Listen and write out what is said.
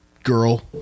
Girl